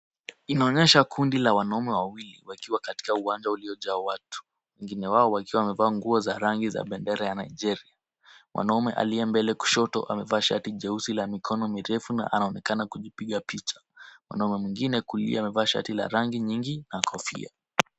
Inaonyesha kundi la wanaume wawili wakiwa katika uwanja uliojaa watu. Wengine wao wakiwa wamevaa nguo za rangi ya bendera ya Nigeria. Mwanaume aliye mbele kushoto amevaa shati jeusi la mikono mirefu na anaonekana kujipiga picha. Mwanaume mwingine kulia amevaa shati la rangi nyingi na kofia.